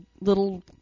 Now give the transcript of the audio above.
little